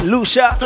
Lucia